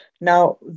Now